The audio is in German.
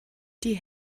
die